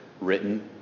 written